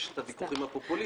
יש את הוויכוחים הפופוליסטיים,